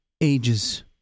ages